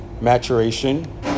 maturation